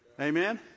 Amen